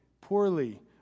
poorly